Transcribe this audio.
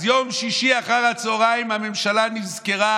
אז ביום שישי אחר הצוהריים הממשלה נזכרה